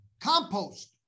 compost